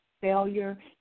failure